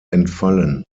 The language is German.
entfallen